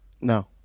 No